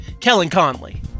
Kellen-Conley